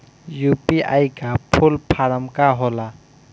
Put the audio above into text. UPI का full form का होला?